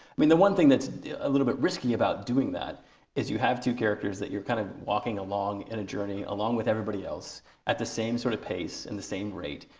i mean the one thing that's a little bit risky in doing that is you have two characters that you're kind of walking along in a journey along with everybody else at the same sort of pace and the same rate.